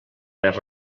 més